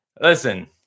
listen